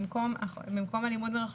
במקום הלימוד מרחוק,